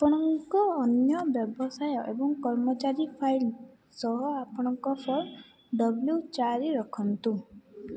ଆପଣଙ୍କ ଅନ୍ୟ ବ୍ୟବସାୟ ଏବଂ କର୍ମଚାରୀ ଫାଇଲ୍ ସହ ଆପଣଙ୍କ ଫର୍ମ ଡବ୍ଲ୍ୟୁ ଚାରି ରଖନ୍ତୁ